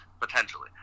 potentially